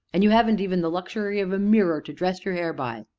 and you haven't even the luxury of a mirror to dress your hair by!